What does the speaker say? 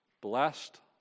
Blessed